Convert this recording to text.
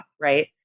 right